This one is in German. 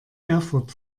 erfurt